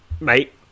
Mate